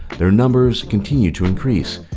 their numbers continue to increase.